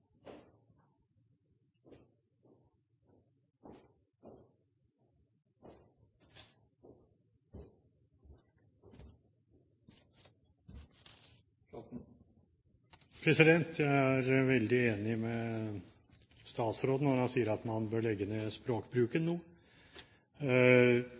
Jeg er veldig enig med statsråden når han sier at man bør dempe språkbruken